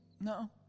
No